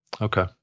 Okay